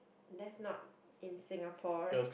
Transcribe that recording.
that's not in Singapore